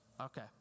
Okay